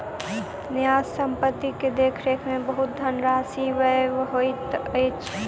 न्यास संपत्ति के देख रेख में बहुत धनराशि व्यय होइत अछि